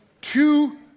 two